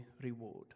reward